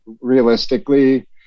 realistically